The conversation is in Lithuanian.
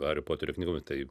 hario poterio knygomis tai